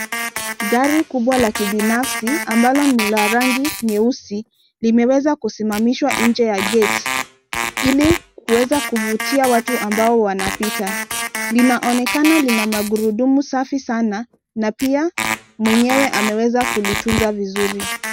Gari kubwa la kibinafsi ambalo ni la rangi nyeusi limeweza kusimamishwa nje ya gate ili kuweza kuvutia watu ambao wanapita, linaonekana lina magurudumu safi sana na pia mwenyewe ameweza kulitunza vizuri.